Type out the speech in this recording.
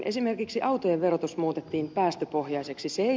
esimerkiksi autojen verotus muutettiin päästöpohjaiseksi